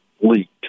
leaked